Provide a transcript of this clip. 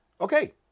Okay